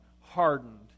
hardened